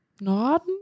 Norden